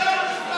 אתה כישלון.